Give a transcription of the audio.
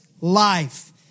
life